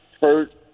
hurt